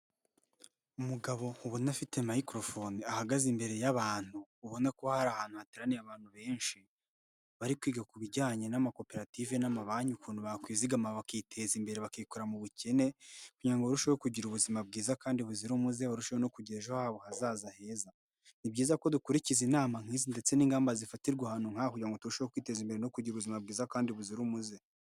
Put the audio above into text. Umugabo ubonafite micro phone, ahagaze imbere y'abantu ubona ko hari ahantu hateraniye abantu benshi, bari kwiga ku bijyanye n'amakoperative n'amabanki ukuntu bakwizigama bakiteza imbere bakikora mu bukene, kugira ngo barusheho kugira ubuzima bwiza kandi buzira umuze barusheho no kugira ejo habo hazaza heza. Ni byiza ko dukurikiza inama nk'izi ndetse n'ingamba zifatirwa ahantu nk'aha kugira ngo turusheho kwiteza imbere no kugira ubuzima bwiza kandi buzira umuze.